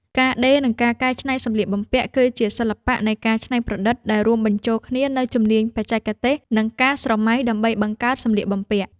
ការដេរ និងការកែច្នៃសម្លៀកបំពាក់ គឺជាសិល្បៈនៃការច្នៃប្រឌិតដែលរួមបញ្ចូលគ្នានូវជំនាញបច្ចេកទេស និងការស្រមៃ ដើម្បីបង្កើតសម្លៀកបំពាក់។